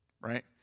right